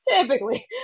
Typically